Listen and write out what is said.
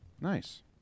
Nice